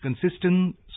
consistent